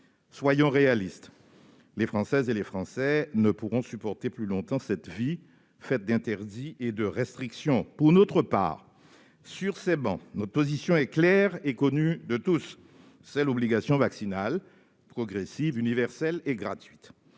Soyons réalistes : les Françaises et les Français ne pourront supporter plus longtemps cette vie faite d'interdits et de restrictions. Pour notre part, sur ces travées, notre position est claire et connue de tous : c'est l'obligation vaccinale progressive, universelle et gratuite.